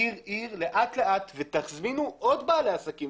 לאט לאט, ותכווינו עוד בעלי עסקים.